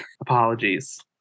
apologies